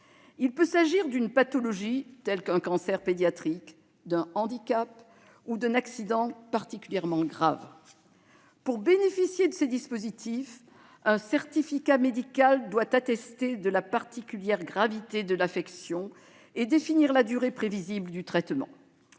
Il peut s'agir d'une pathologie telle qu'un cancer pédiatrique, d'un handicap ou d'un accident particulièrement grave. Pour bénéficier de ces dispositifs, un certificat médical doit attester de la particulière gravité de l'affection et définir la durée prévisible du traitement.